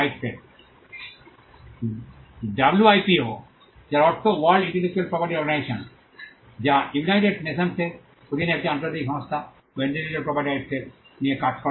WIPO যার অর্থ World Intellectual Property Organization যা ইউনাইটেড নেশনস এর অধীনে একটি আন্তর্জাতিক সংস্থা যা ইন্টেলেকচুয়াল প্রপার্টি রাইটস নিয়ে কাজ করে